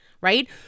right